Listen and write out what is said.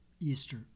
Easter